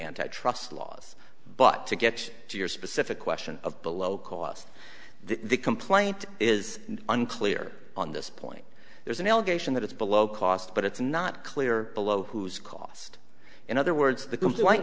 antitrust laws but to get to your specific question of the low cost the complaint is unclear on this point there's an allegation that it's below cost but it's not clear below whose cost in other words the com